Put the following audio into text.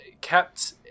kept